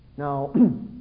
Now